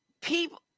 people